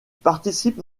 participe